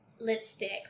lipstick